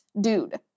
dude